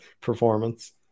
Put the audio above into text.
performance